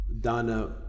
Dana